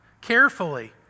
Carefully